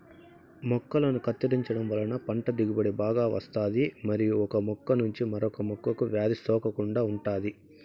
మొక్కలను కత్తిరించడం వలన పంట దిగుబడి బాగా వస్తాది మరియు ఒక మొక్క నుంచి మరొక మొక్కకు వ్యాధి సోకకుండా ఉంటాది